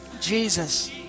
Jesus